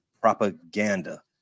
propaganda